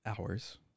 hours